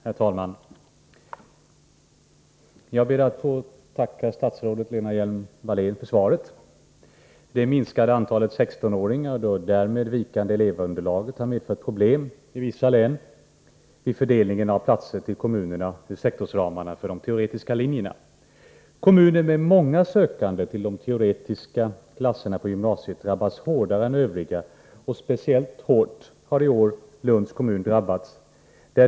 Herr talman! Jag ber att få tacka statsrådet Lena Hjelm-Wallén för svaret. Det minskade antalet 16-åringar och det därmed vikande elevunderlaget har medfört problem i vissa län vid fördelningen av platser till kommunerna inom sektorsramarna för de teoretiska linjerna. Kommuner med många sökande till platserna på de teoretiska linjerna i gymnasiet drabbas hårdare än de övriga, och speciellt hårt har i år Lunds kommun drabbats.